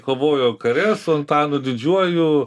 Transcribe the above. kovojo kare su antanu didžiuoju